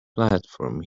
platform